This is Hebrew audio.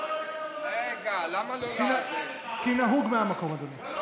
למה לא לתת לו, כי נהוג מהמקום, אדוני.